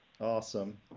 Awesome